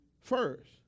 first